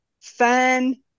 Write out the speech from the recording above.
fun